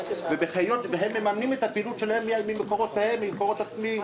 הם מממנים את הפעילות שלהם ממקורות עצמיים.